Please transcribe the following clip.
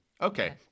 okay